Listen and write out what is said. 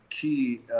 key